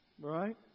Right